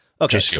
Okay